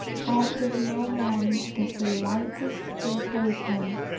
i had given no man the slightest encouragement,